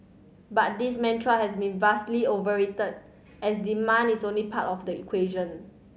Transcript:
but this mantra has been vastly overstated as demand is only part of the equation